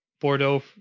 Bordeaux